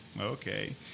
okay